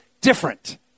different